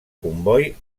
comboi